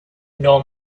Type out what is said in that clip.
nor